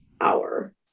hour